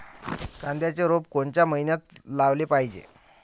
कांद्याचं रोप कोनच्या मइन्यात लावाले पायजे?